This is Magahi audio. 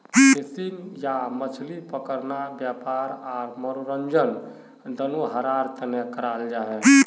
फिशिंग या मछली पकड़ना वयापार आर मनोरंजन दनोहरार तने कराल जाहा